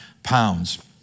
Pounds